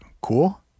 cool